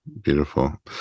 Beautiful